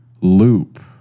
loop